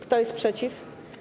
Kto jest przeciw?